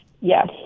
Yes